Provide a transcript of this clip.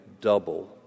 double